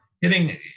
hitting –